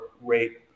rate